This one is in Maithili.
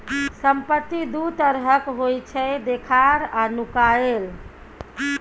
संपत्ति दु तरहक होइ छै देखार आ नुकाएल